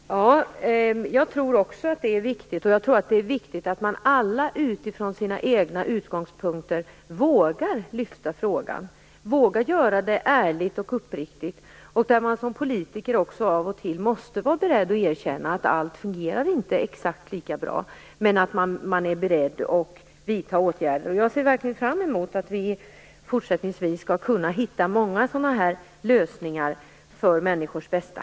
Fru talman! Jag tror också att det är viktigt. Jag tror även att det är viktigt att alla från sina egna utgångspunkter ärligt och uppriktigt vågar lyfta frågan. Som politiker måste man av och till vara beredd att erkänna att alla saker inte fungerar exakt lika bra, men att man är beredd att vidta åtgärder. Jag ser verkligen fram emot att vi fortsättningsvis kan hitta många lösningar för människors bästa.